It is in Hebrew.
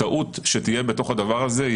טעות שתהיה בתוך הדבר הזה,